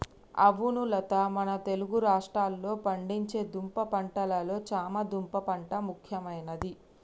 అవును లత మన తెలుగు రాష్ట్రాల్లో పండించే దుంప పంటలలో చామ దుంప పంట ముఖ్యమైనది